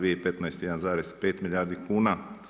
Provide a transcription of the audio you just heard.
2015. 1,5 milijardi kuna.